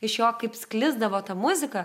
iš jo kaip sklisdavo ta muzika